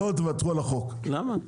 למה?